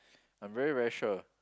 I am very very sure